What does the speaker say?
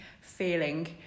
feeling